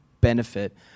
benefit